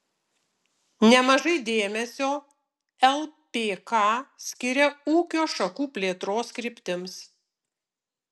nemažai dėmesio lpk skiria ūkio šakų plėtros kryptims